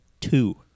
two